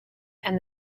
and